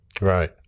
Right